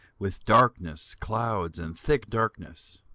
with darkness, clouds, and thick darkness.